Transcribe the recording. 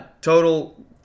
total